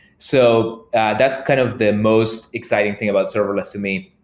so that's kind of the most exciting thing about serverless to me.